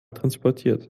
transportiert